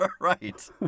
Right